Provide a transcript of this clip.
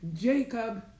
Jacob